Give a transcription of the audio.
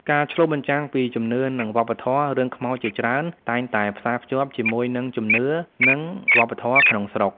ការឆ្លុះបញ្ចាំងពីជំនឿនិងវប្បធម៌ រឿងខ្មោចជាច្រើនតែងតែផ្សារភ្ជាប់ជាមួយនឹងជំនឿនិងវប្បធម៌ក្នុងស្រុក។